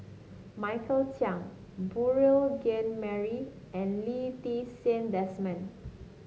Michael Chiang Beurel Jean Marie and Lee Ti Seng Desmond